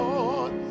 Lord